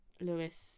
Lewis